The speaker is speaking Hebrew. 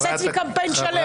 עשה אצלי קמפיין שלם.